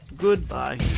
Goodbye